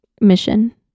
mission